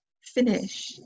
finish